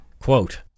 Quote